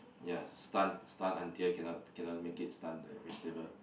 ya stun stun until cannot cannot make it stun like vegetable